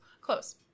Close